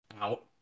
out